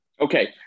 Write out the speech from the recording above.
Okay